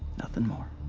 nothing more.